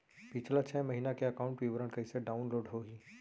पिछला छः महीना के एकाउंट विवरण कइसे डाऊनलोड होही?